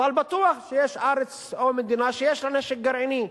אבל בטוח שיש ארץ או מדינה שיש לה נשק גרעיני,